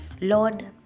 Lord